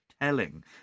telling